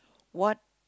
what